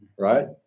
right